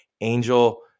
Angel